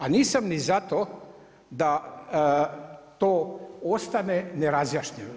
A nisam ni za to da to ostane nerazjašnjeno.